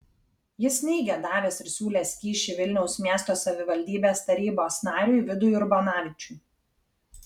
jis neigė davęs ir siūlęs kyšį vilniaus miesto savivaldybės tarybos nariui vidui urbonavičiui